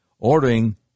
Ordering